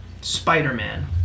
Spider-Man